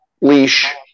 leash